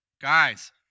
Guys